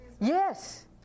yes